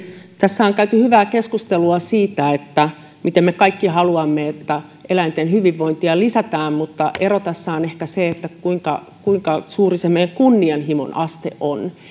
tässä on käyty hyvää keskustelua siitä miten me kaikki haluamme että eläinten hyvinvointia lisätään mutta ero tässä on ehkä se kuinka kuinka suuri se meidän kunnianhimomme aste on